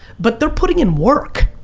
but they're putting in work.